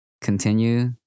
Continue